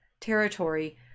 territory